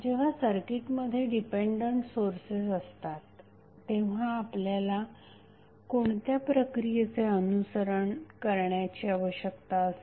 जेव्हा सर्किटमध्ये dependent sources असतात तेव्हा आपल्याला कोणत्या प्रक्रियेचे अनुसरण करण्याची आवश्यकता असते